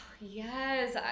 yes